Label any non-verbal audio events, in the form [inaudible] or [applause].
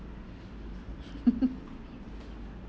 [laughs]